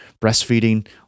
breastfeeding